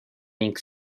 ning